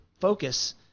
focus